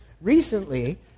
recently